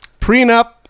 Prenup